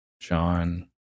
John